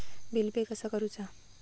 Bill pay कसा करुचा?